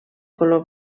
color